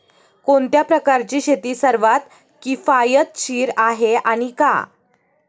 कोणत्या प्रकारची शेती सर्वात किफायतशीर आहे आणि का?